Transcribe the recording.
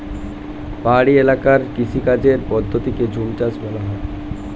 পাহাড়ি এলাকার কৃষিকাজের পদ্ধতিকে ঝুমচাষ বলা হয়